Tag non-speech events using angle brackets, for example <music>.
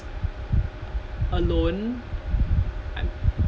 <noise> alone I'm